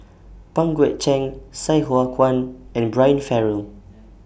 Pang Guek Cheng Sai Hua Kuan and Brian Farrell